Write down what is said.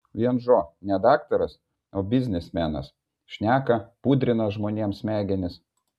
vienžo ne daktaras o biznismenas šneka pudrina žmonėms smegenis